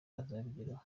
azabigeraho